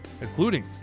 including